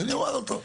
אז אני אומר אותו.